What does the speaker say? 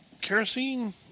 kerosene